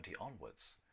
onwards